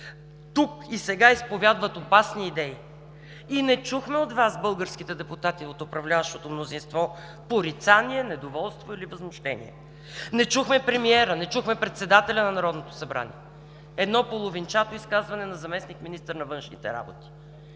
тук и сега, изповядват опасни идеи. И не чухме от Вас, българските депутати от управляващото мнозинство, порицание, недоволство или възмущение, не чухме премиера, не чухме председателя на Народното събрание – едно половинчато изказване на заместник-министър на външните работи.